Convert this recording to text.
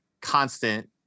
constant –